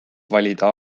valida